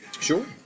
sure